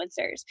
influencers